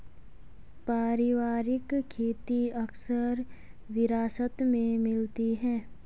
पारिवारिक खेती अक्सर विरासत में मिलती है